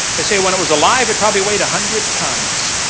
they say when it was alive it probably weighed a hundred tons.